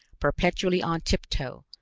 perpetually on tiptoe,